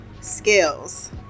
skills